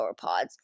sauropods